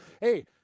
Hey